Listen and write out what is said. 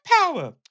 power